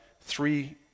three